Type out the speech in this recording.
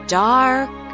dark